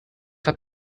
habt